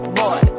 boy